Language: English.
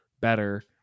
better